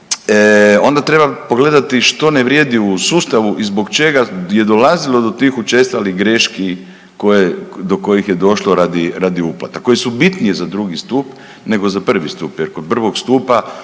onda treba pogledati što ne vrijedi u sustavu i zbog čega je dolazilo do tih učestalih greški koje, do kojih je došlo radi uplata koji su bitniji za drugi stup nego za prvi stup jer kod prvog stupa